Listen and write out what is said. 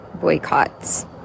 boycotts